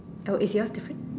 oh is yours different